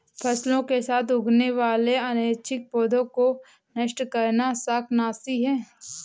फसलों के साथ उगने वाले अनैच्छिक पौधों को नष्ट करना शाकनाशी है